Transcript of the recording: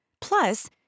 Plus